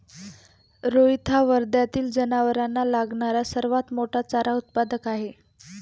रोहित हा वर्ध्यातील जनावरांना लागणारा सर्वात मोठा चारा उत्पादक आहे